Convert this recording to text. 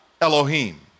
Elohim